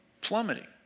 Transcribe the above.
plummeting